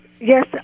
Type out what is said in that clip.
Yes